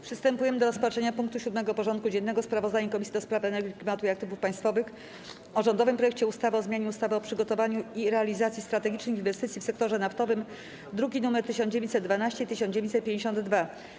Przystępujemy do rozpatrzenia punktu 7. porządku dziennego: Sprawozdanie Komisji do Spraw Energii, Klimatu i Aktywów Państwowych o rządowym projekcie ustawy o zmianie ustawy o przygotowaniu i realizacji strategicznych inwestycji w sektorze naftowym (druki nr 1912 i 1952)